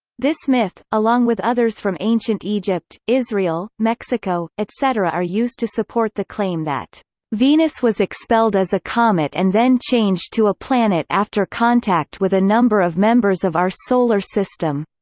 this myth, along with others from ancient egypt, israel, mexico, etc. are used to support the claim that venus was expelled as a comet and then changed to a planet after contact with a number of members of our solar system